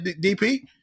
DP